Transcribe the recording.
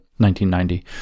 1990